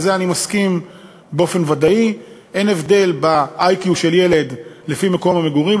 ולזה אני מסכים בוודאי: אין הבדל ב-IQ של ילדים לפי מקום המגורים,